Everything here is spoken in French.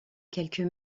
quelques